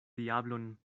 diablon